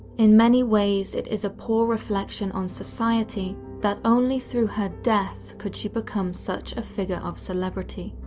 in many ways it is a poor reflection on society that only through her death could she become such a figure of celebrity.